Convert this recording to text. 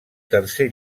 tercer